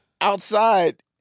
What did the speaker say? outside